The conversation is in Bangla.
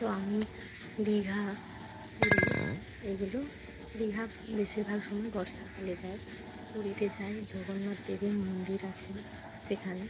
তো আমি দীঘা পুরী এগুলো দীঘা বেশিরভাগ সময় বর্ষাকালে যাই পুরীতে যাই জগন্নাথ দেবের মন্দির আছেন সেখানে